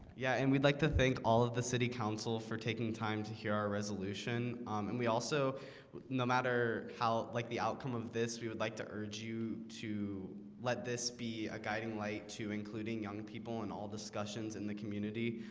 yeah, and we'd like to thank all of the city council for taking time to hear our resolution um and we also no matter how like the outcome of this we would like to urge you to let this be a guiding light to including young people in all discussions in the community